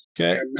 Okay